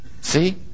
See